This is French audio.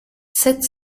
sept